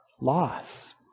loss